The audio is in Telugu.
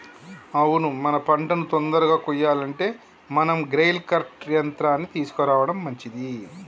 అవును మన పంటను తొందరగా కొయ్యాలంటే మనం గ్రెయిల్ కర్ట్ యంత్రాన్ని తీసుకురావడం మంచిది